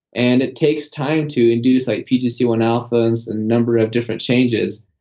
and it takes time to induce like pgc one alpha, and a number of different changes,